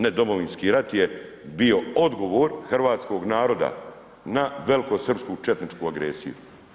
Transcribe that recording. Ne, Domovinski rat je bio odgovor hrvatskog naroda na velikosrpsku četničku agresiju.